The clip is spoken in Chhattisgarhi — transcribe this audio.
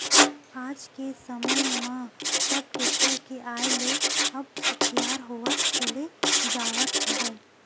आज के समे म सब टेक्टर के आय ले अब सुखियार होवत चले जावत हवय